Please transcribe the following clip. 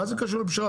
מה זה קשור לפשרה?